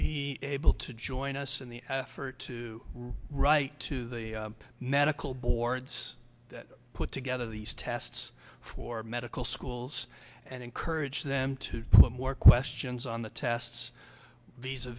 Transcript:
be able to join us in the effort to write to the medical boards put together these tests for medical schools and encourage them to put more questions on the tests these